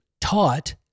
taught